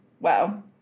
Wow